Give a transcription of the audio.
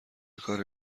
کاری